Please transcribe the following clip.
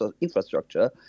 infrastructure